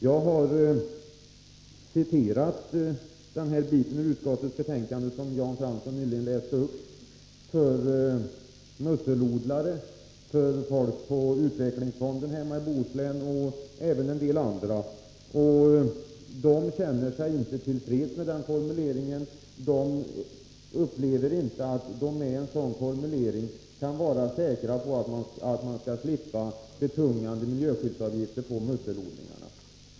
Det stycke ur utskottsbetänkandet som Jan Fransson nyss läste upp har jag citerat för musselodlare, för folk från utvecklingsfonden hemma i Bohuslän och även för en del andra. De känner sig inte till freds med den formuleringen. De finner inte att man med en sådan formulering kan vara säker på att slippa betungande miljöskyddsavgifter på musselodlingarna.